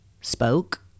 spoke